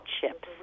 chips